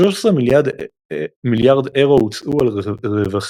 13 מיליארד אירו הוצאו על רווחה,